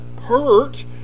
hurt